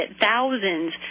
thousands